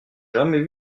jamais